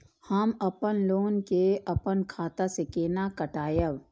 हम अपन लोन के अपन खाता से केना कटायब?